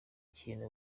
kintu